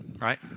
right